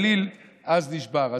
האליל אז נשבר.